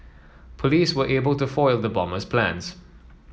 police were able to foil the bomber's plans